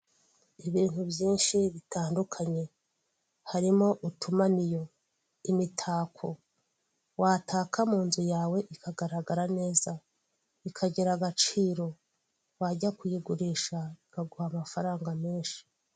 Ibintu byinshi bitandukanye harimo utumamiyo, imitako wataka munzu yawe hakagaragara neza ikagira agaciro wajya kuyigurisha bakaguha amafaranga menshi.